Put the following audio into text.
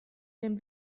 dem